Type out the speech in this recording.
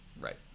Right